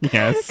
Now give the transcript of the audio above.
Yes